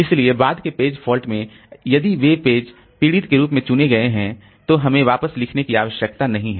इसलिए बाद के पेज फॉल्ट में यदि वे पेज पीड़ित के रूप में चुने गए हैं तो हमें वापस लिखने की आवश्यकता नहीं है